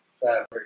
fabric